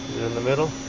in the middle